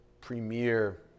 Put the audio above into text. premier